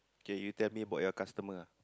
K you tell me about your customer lah